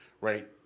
right